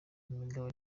imigabo